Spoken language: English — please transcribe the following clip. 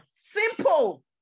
Simple